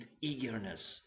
eagerness